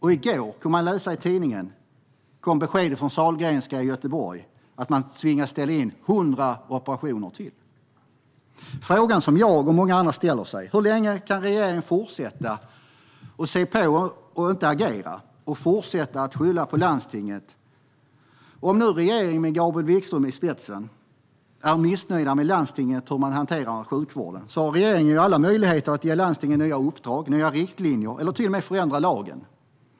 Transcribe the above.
I går kunde vi läsa i tidningen att Sahlgrenska i Göteborg lämnat besked om att man tvingas ställa in 100 operationer till. Frågan som jag och många andra ställer oss är: Hur länge kan regeringen fortsätta att se på utan att agera? Hur länge kan man fortsätta att skylla på landstinget? Om nu regeringen med Gabriel Wikström i spetsen är missnöjd med hur landstingen hanterar sjukvården har regeringen ju alla möjligheter att ge landstingen nya uppdrag, nya riktlinjer eller till och med förändra lagen.